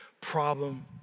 problem